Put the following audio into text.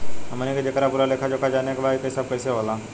हमनी के जेकर पूरा लेखा जोखा जाने के बा की ई सब कैसे होला?